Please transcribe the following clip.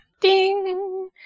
Ding